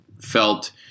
felt